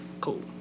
Cool